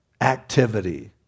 activity